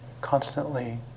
constantly